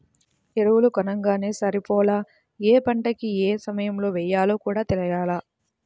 ఎరువులు కొనంగానే సరిపోలా, యే పంటకి యే సమయంలో యెయ్యాలో కూడా తెలియాల